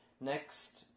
Next